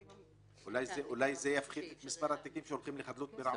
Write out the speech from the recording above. אולי זה יפחית את מספר התיקים שהולכים לחדלות פירעון.